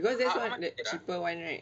because there's a cheaper one right